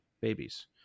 babies